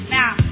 now